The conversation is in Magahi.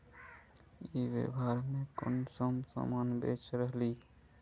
ई व्यापार में कुंसम सामान बेच रहली?